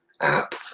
app